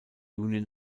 union